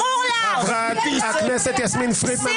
אפרת וטלי, אני